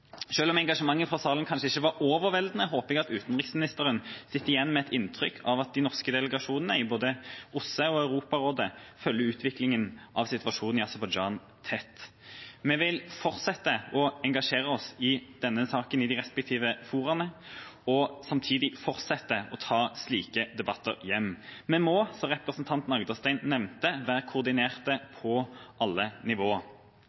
om engasjementet fra salen kanskje ikke var overveldende, håper jeg at utenriksministeren sitter igjen med et inntrykk av at de norske delegasjonene, både i OSSE og i Europarådet, følger utviklinga av situasjonen i Aserbajdsjan tett. Vi vil fortsette å engasjere oss i denne saken i de respektive fora og samtidig fortsette å ta slike debatter hjem. Vi må, som representanten Rodum Agdestein nevnte, være koordinerte på alle nivå.